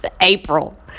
April